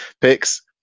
picks